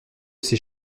ses